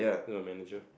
the manager